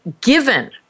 given